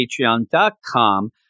patreon.com